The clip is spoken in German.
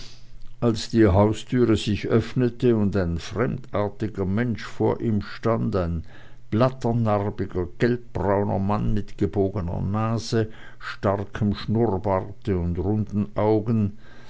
als die haustüre sich öffnete und ein fremdartiger mensch vor ihm stand ein blatternarbiger gelbbrauner mann mit gebogener nase starkem schnurrbarte und runden augen